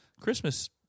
christmas